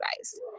guys